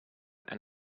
and